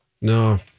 No